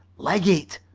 leg it!